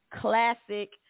classic